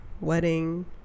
wedding